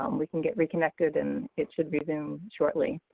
um we can get reconnected and it should resume shortly.